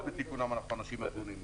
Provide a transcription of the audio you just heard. גם בימים לא כתיקונם אנחנו אנשים הגונים.